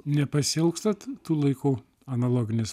nepasiilgstat tų laikų analoginės